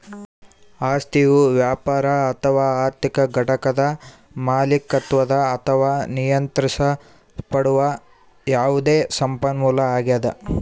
ಆಸ್ತಿಯು ವ್ಯಾಪಾರ ಅಥವಾ ಆರ್ಥಿಕ ಘಟಕದ ಮಾಲೀಕತ್ವದ ಅಥವಾ ನಿಯಂತ್ರಿಸಲ್ಪಡುವ ಯಾವುದೇ ಸಂಪನ್ಮೂಲ ಆಗ್ಯದ